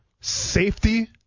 safety